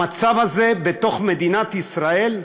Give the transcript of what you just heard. המצב הזה, בתוך מדינת ישראל,